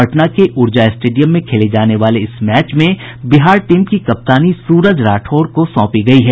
पटना के ऊर्जा स्टेडियम में खेले जाने वाले इस मैच में बिहार टीम की कप्तानी सूरज राठौर को सोंपी गयी है